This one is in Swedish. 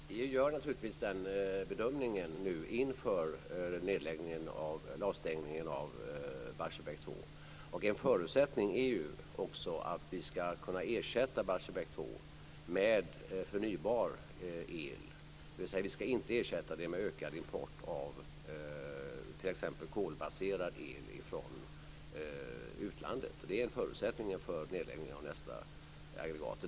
Fru talman! Vi gör naturligtvis den bedömningen nu inför stängningen av Barsebäck 2. En förutsättning är att vi ska kunna ersätta Barsebäck 2 med förnybar el, dvs. att vi inte ska ersätta det med ökad import av t.ex. kolbaserad el från utlandet. Det är förutsättningen för stängningen av nästa aggregat.